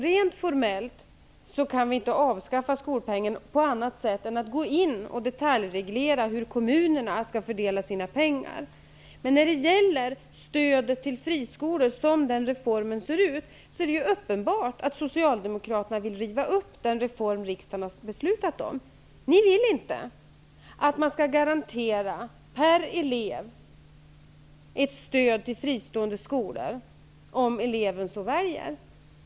Rent formellt kan vi inte avskaffa skolpengen på annat sätt än genom att detaljreglera hur kommunerna skall fördela sina pengar. Det är uppenbart att Socialdemokraterna vill riva upp reformen om stödet till friskolorna som riksdagen har beslutat om. Ni vill inte att man skall garantera ett stöd per elev till fristående skolor om eleven väljer att gå i en sådan skola.